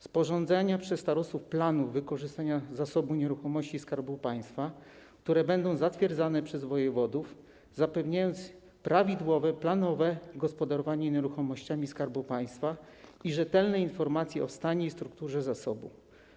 Sporządzanie przez starostów planów wykorzystania zasobu nieruchomości Skarbu Państwa, które będą zatwierdzane przez wojewodów, co zapewni prawidłowe, planowe gospodarowanie nieruchomościami Skarbu Państwa i rzetelne informacje o stanie i strukturze zasobu.